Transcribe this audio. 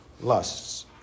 lusts